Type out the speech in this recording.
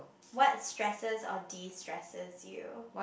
what stresses or de stresses you